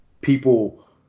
people